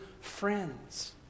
friends